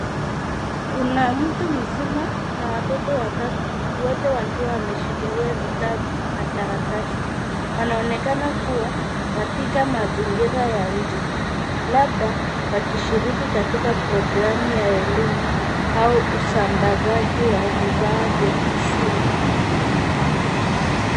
Kuna mtu mzima na watoto watatu wote wakiwa wameshikila vitabu na karatasi wanaonekana kuwa katika mazingira ya nje labda wakishiriki katika programu ya elimu au usambazaji wa vifaa vya shule.